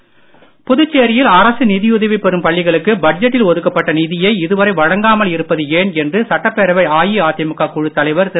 அன்பழகன் புதுச்சேரியில் அரசு நிதியுதவி பெறும் பள்ளிகளுக்கு பட்ஜெட்டில் ஒதுக்கப்பட்ட நிதியை இதுவரை வழங்காமல் இருப்பது ஏன் என்று சட்டப்பேரவை அதிமுக குழுத் தலைவர் திரு